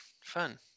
fun